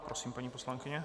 Prosím, paní poslankyně.